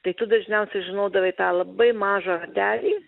tai tu dažniausiai žinodavai tą labai mažą ratelį